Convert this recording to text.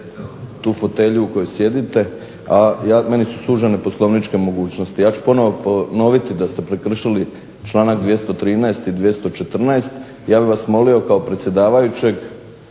tu fotelju u kojoj sjedite a meni su sužene poslovničke mogućnosti. Ja ću ponovno ponoviti da ste prekršili članak 213. i 214. ja bih vas molio kao predsjedavajućeg,